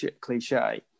cliche